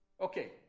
Okay